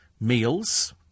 meals